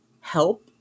help